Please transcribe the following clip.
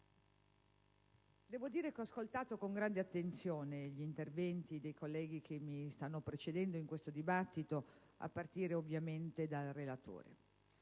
colleghi, ho ascoltato con grande attenzione gli interventi dei colleghi che mi hanno preceduto in questo dibattito, a partire dal relatore.